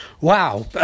Wow